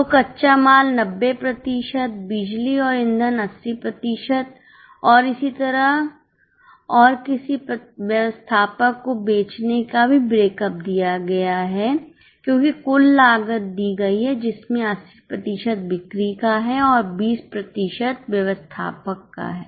तो कच्चा माल 90 प्रतिशत बिजली और ईंधन 80 प्रतिशत और इसी तरह और किसी व्यवस्थापक को बेचने का भी ब्रेकअप दिया गया है क्योंकि कुल लागत दी गई है जिसमें 80 प्रतिशत बिक्री का है और 20 प्रतिशत व्यवस्थापक का है